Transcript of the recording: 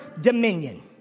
dominion